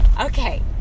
okay